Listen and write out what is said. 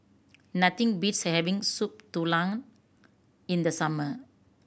nothing beats having Soup Tulang in the summer